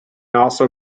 also